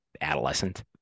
adolescent